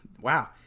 Wow